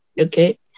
Okay